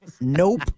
Nope